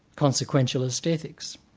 consequentionalist ethics.